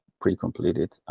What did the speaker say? pre-completed